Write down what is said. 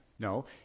No